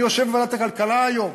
אני יושב בוועדת הכלכלה היום.